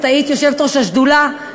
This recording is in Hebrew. שאת היית יושבת-ראש השדולה,